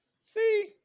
See